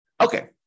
Okay